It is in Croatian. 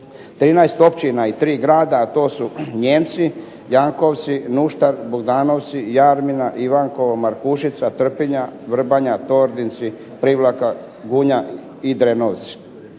13 općina i tri grada, a to su Nijemci, Jankovci, Nuštar, Bogdanovci, Jarmina, Ivankovo, Markušica, Trpinja, Vrbanja, Tordinci, Privlaka, Gunja i Drenovci,